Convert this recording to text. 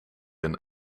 een